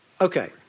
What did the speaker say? Okay